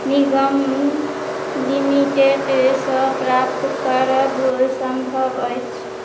निगम लिमिटेडसे प्राप्त करब सम्भव अछि